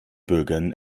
bürgern